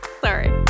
Sorry